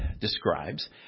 describes